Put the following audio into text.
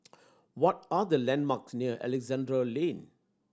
what are the landmarks near Alexandra Lane